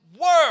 world